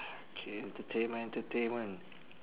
K entertainment entertainment